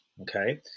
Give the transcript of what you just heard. Okay